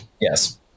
Yes